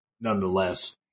nonetheless